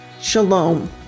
Shalom